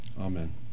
amen